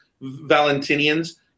Valentinians